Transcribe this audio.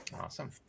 awesome